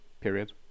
Period